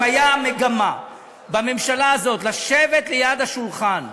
אם הייתה מגמה בממשלה הזאת לשבת ליד השולחן ולהגיד: